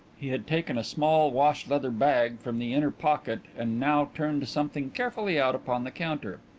he had taken a small wash-leather bag from the inner pocket and now turned something carefully out upon the counter.